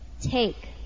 Take